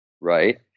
right